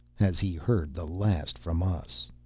has he heard the last from us.